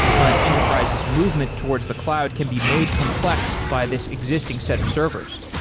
an enterprise's movement towards the cloud can be made complex by this existing set of servers.